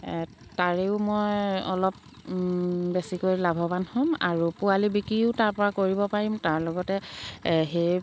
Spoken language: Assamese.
তাৰেও মই অলপ বেছিকৈ লাভৱান হ'ম আৰু পোৱালি বিকিও তাৰপৰা কৰিব পাৰিম তাৰ লগতে সেই